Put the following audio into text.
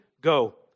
Go